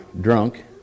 drunk